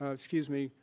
ah excuse me,